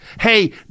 Hey